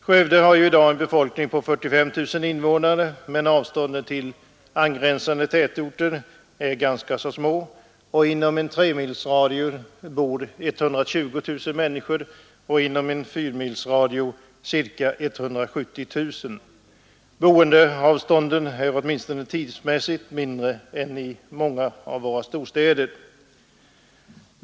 Skövde har i dag en befolkning på 45 000 invånare, men avstånden till angränsande tätorter är ganska små. Inom tre mils radie bor 120 000 människor och inom fyra mils radie ca 170 000. Avstånden är åtminstone tidsmässigt mindre än i många av våra storstäder.